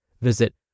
Visit